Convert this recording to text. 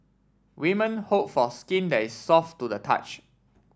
women hope for skin that is soft to the touch